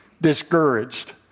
discouraged